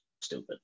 stupid